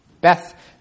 Beth